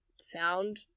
sound